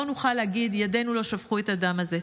לא נוכל להגיד: ידינו לא שפכו את הדם הזה.